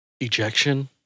ejection